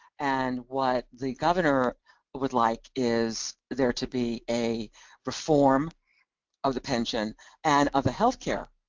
and what the governor would like is there to be a reform of the pension and of the healthcare